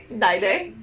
die there